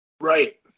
Right